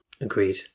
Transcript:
Agreed